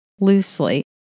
loosely